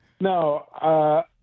No